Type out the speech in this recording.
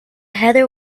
heather